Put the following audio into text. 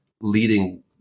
Leading